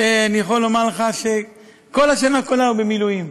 שאני יכול לומר לך שכל השנה כולה הוא במילואים,